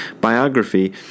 biography